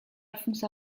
alphonse